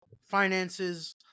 finances